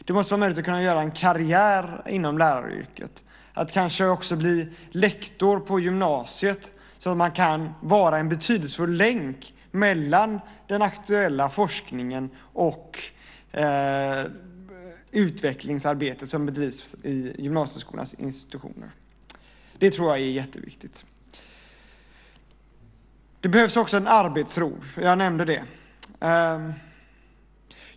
Det måste vara möjligt att göra en karriär inom läraryrket, kanske också att bli lektor på gymnasiet så man kan vara en betydelsefull länk mellan den aktuella forskningen och det utvecklingsarbete som bedrivs i gymnasieskolans institutioner. Det tror jag är jätteviktigt. Det behövs också arbetsro, jag nämnde det.